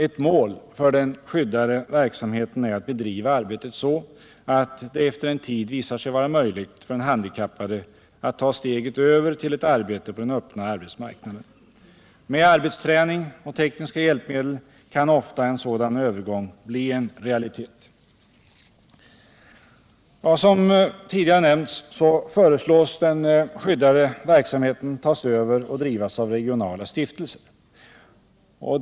Ett mål för den skyddade verksamheten är att bedriva arbetet så, — Skyddat arbete och att det efter en tid visar sig vara möjligt för den handikappade att ta = yrkesinriktad steget över till ett arbete på den öppna arbetsmarknaden. Med arbets = rehabilitering träning och tekniska hjälpmedel kan ofta en sådan övergång bli en realitet. m.m. Som tidigare nämnts föreslås den skyddade verksamheten tas över och drivas av regionala stiftelser.